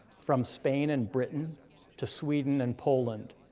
from spain and britain to sweden and poland,